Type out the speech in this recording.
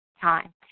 time